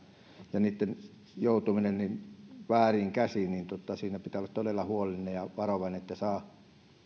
ja niitten joutuminen vääriin käsiin siinä pitää olla todella huolellinen ja varovainen että saa